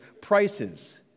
prices